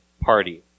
party